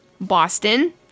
Boston